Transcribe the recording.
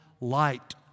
light